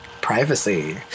privacy